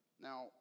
Now